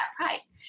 price